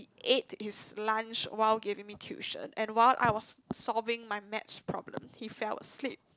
ate his lunch while giving me tuition and while I was solving my maths problem he fell asleep